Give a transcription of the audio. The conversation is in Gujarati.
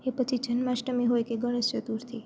એ પછી જન્માષ્ટમી હોયકે ગણેશ ચતુર્થી